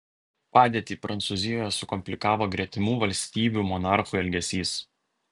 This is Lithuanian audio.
padėtį prancūzijoje sukomplikavo gretimų valstybių monarchų elgesys